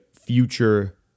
future